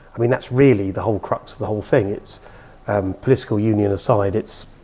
i mean, that's really the whole crux of the whole thing. it's political union aside, it's,